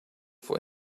for